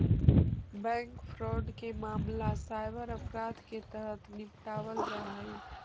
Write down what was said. bank fraud के मामला cyber अपराध के तहत निपटावल जा हइ